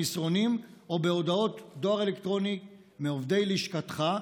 במסרונים או בהודעות דואר אלקטרוני מעובדי לשכתך,